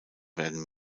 werden